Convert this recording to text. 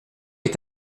est